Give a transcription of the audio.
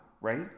right